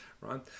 right